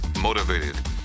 motivated